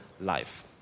life